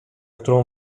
którą